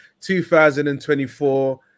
2024